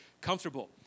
comfortable